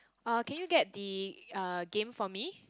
uh can you get the uh game for me